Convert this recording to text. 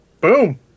Boom